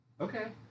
Okay